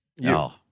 No